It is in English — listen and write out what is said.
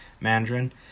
Mandarin